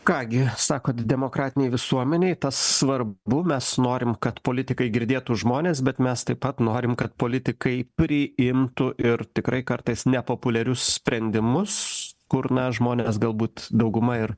ką gi sako demokratinėj visuomenėj tas svarbu mes norim kad politikai girdėtų žmones bet mes taip pat norim kad politikai priimtų ir tikrai kartais nepopuliarius sprendimus kur na žmonės galbūt dauguma ir